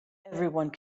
everyone